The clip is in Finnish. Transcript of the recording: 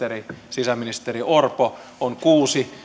sisäministeri orpo on kuusi